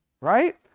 Right